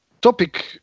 topic